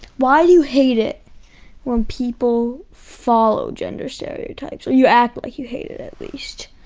why do you hate it when people follow gender stereotypes, or you act like you hate it at least.